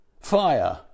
fire